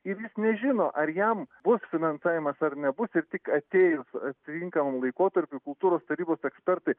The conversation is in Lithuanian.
ir jis nežino ar jam bus finansavimas ar nebus ir tik atėjus atitinkamam laikotarpiui kultūros tarybos ekspertai